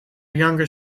younger